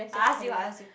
I ask you I ask you